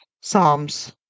Psalms